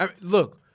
look